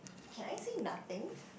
can I say nothing